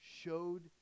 showed